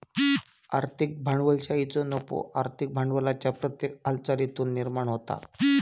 आर्थिक भांडवलशाहीचो नफो आर्थिक भांडवलाच्या प्रत्येक हालचालीतुन निर्माण होता